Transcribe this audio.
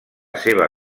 seva